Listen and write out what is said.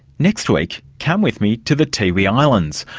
next week come with me to the tiwi islands.